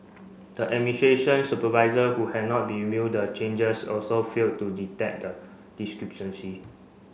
the administration supervisor who had not reviewed the changes also failed to detect the discrepancies